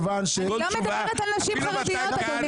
לא מדברת על נשים חרדיות.